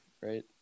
Right